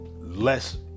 less